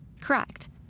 Correct